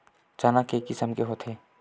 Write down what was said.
चना के किसम के होथे?